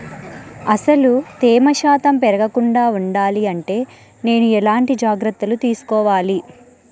అసలు తేమ శాతం పెరగకుండా వుండాలి అంటే నేను ఎలాంటి జాగ్రత్తలు తీసుకోవాలి?